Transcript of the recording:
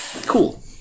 Cool